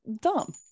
dumb